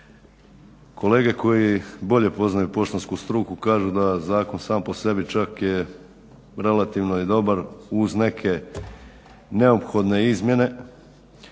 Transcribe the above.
Kolege koji bolje poznaju poštansku struku kažu da zakon sam po sebi čak je relativno i dobar uz neke neophodne izmjene,